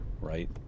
right